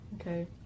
Okay